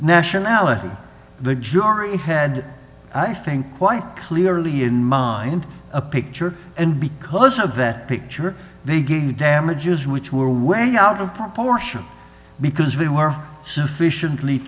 nationality the jury head i think quite clearly in mind a picture and because of that picture they gave damages which were way out of proportion because they were sufficiently